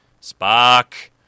Spock